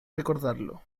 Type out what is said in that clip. recordarlo